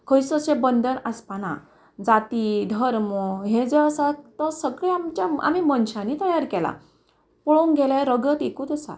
खंयच अशें बंदन आसपा ना जाती धर्म हे जे आसा तो सगळे आमच्या आमी मनशांनी तयार केला पळोवंक गेलें रगत एकूच आसा